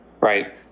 Right